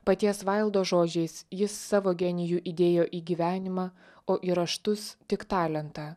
paties vaildo žodžiais jis savo genijų įdėjo į gyvenimą o į raštus tik talentą